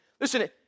Listen